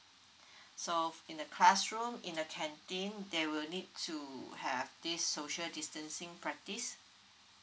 so in the classroom in the canteen they will need to have this social distancing practice